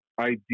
idea